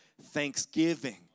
thanksgiving